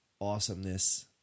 awesomeness